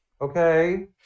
Okay